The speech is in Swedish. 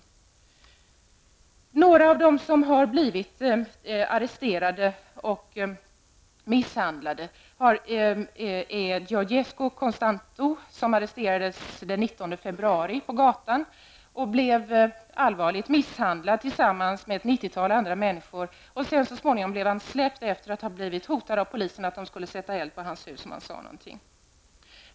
En av dem som har blivit arresterad och misshandlad är Georgescu Constantu, som arresterades den 19 februari på gatan och blev allvarligt misshandlad tillsammans med ett nittiotal andra människor. Han blev så småningom släppt efter att ha blivit hotad av polisen att man skulle sätta eld på hans hus, om han sade någonting.